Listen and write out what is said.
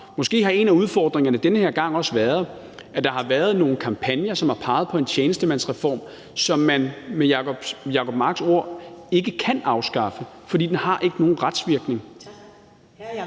Måske har en af udfordringerne den her gang også været, at der har været nogle kampagner, som har peget på en tjenestemandsreform, som man med Jacob Marks ord ikke kan afskaffe, fordi den ikke har nogen retsvirkning. Kl. 11:38